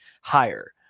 higher